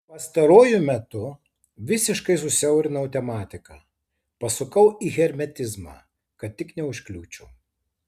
pastaruoju metu visiškai susiaurinau tematiką pasukau į hermetizmą kad tik neužkliūčiau